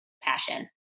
passion